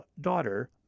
daughter